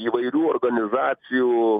įvairių organizacijų